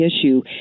issue